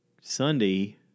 Sunday